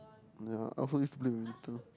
ya I also used to play badminton